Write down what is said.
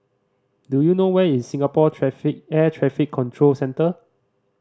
do you know where is Singapore Traffic Air Traffic Control Centre